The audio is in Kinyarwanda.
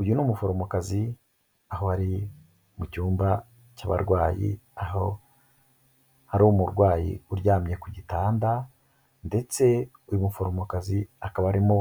Uyu ni umuforomokazi, aho ari mu cyumba cy'abarwayi, aho hari umurwayi uryamye ku gitanda, ndetse uyu muforomokazi akaba arimo